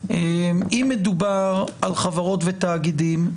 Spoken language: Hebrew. אם מדובר על חברות ותאגידים,